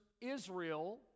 Israel